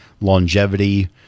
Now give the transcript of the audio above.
longevity